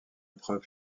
preuve